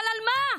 אבל על מה?